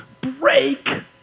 break